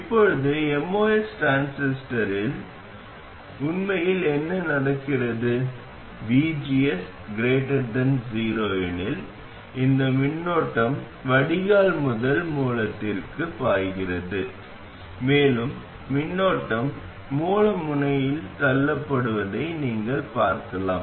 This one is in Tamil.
இப்போது MOS டிரான்சிஸ்டரில் உண்மையில் என்ன நடக்கிறது VGS 0 எனில் இந்த மின்னோட்டம் வடிகால் முதல் மூலத்திற்கு பாய்கிறது மேலும் மின்னோட்டம் மூல முனையில் தள்ளப்படுவதை நீங்கள் பார்க்கலாம்